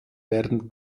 werden